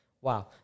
Wow